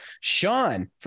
sean